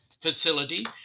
facility